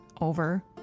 over